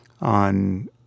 on